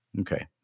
Okay